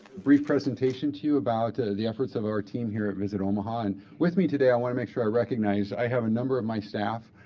brief presentation to you about the efforts of our team here at visit omaha. and with me today i want to make sure i recognize, i have a number of my staff,